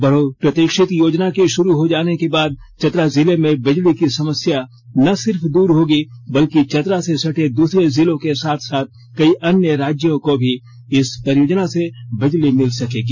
बहुप्रतीक्षित योजना के शुरू हो जाने के बाद चतरा जिले में बिजली की समस्या न सिर्फ दूर होगी बल्कि चतरा से सटे दूसरे जिलों के साथ साथ कई अन्य राज्यों को भी इस परियोजना से बिजली मिल सकेगी